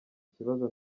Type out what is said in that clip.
kibazo